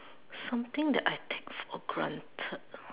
something that I take it for granted